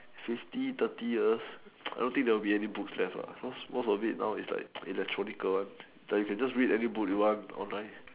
fifty thirty years I don't think there's any more books left most of it now is like electronical like you can just read any book you want online